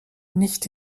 nicht